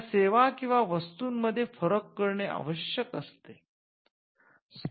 या सेवा किंवा वस्तूंमध्ये फरक करणे आवश्यक असते